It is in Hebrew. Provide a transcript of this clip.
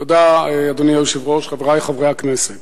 אדוני היושב-ראש, תודה, חברי חברי הכנסת,